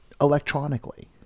electronically